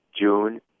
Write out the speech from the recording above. June